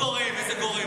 לא "גורם", "איזה גורם".